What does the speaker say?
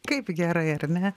kaip gerai ar ne